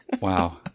Wow